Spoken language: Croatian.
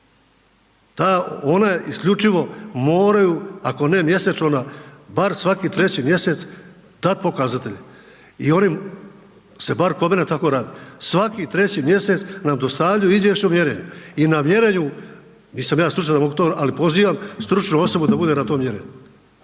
Ona isključivo moraju ako ne mjesečno, onda bar svaki treći mjesec dat pokazatelje i oni se bar kod mene tako radi, svaki treći mjesec nam dostavljaju izvješće o mjerenju i na mjerenju, nisam ja stručnjak da mogu to, ali pozivam stručnu osobu da bude na tom mjerenju,